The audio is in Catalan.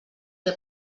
que